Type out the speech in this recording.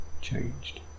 changed